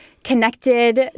connected